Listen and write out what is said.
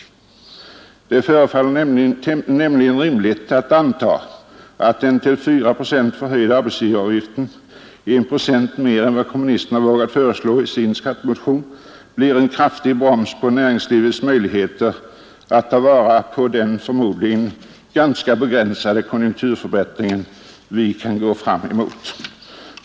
Det förefaller nämligen rimligt att anta att den till 4 procent förhöjda arbetsgivaravgiften, I procent mer än vad kommunisterna vågat föreslå i sin skattemotion, blir en kraftig broms på näringslivets möjligheter att ta vara på den förmodligen ganska begränsade konjunkturförbättring som vi har att vänta.